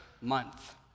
month